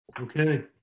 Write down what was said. Okay